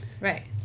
Right